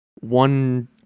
One